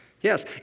Yes